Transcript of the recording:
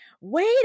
wait